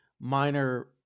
minor